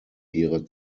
ihre